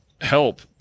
help